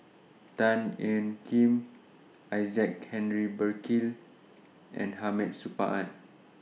Tan Ean Kiam Isaac Henry Burkill and Hamid Supaat